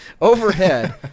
Overhead